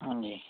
ਹਾਂਜੀ